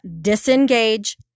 disengage